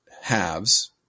halves